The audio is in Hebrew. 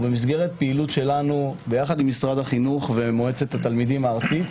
הוא במסגרת פעילות שלנו יחד עם משרד החינוך ומועצת התלמידים הארצית,